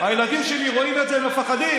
הילדים שלי רואים את זה, הם מפחדים.